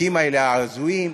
החוקים האלה, ההזויים,